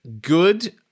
good